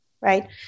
right